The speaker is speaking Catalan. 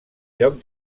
lloc